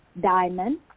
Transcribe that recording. Diamond